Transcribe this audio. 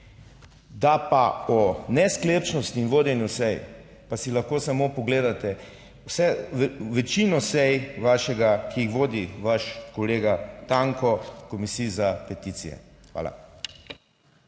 da pa o nesklepčnosti in vodenju sej pa si lahko samo pogledate vse, večino sej vašega, ki jih vodi vaš kolega Tanko Komisiji za peticije. Hvala.